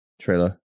trailer